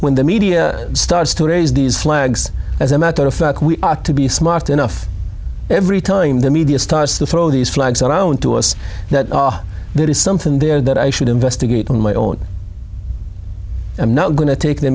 when the media starts to raise these flags as a matter of fact we are to be smart enough every time the media starts to throw these flags around to us that there is something there that i should investigate on my own i'm not going to take the